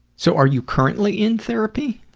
so are you currently in therapy?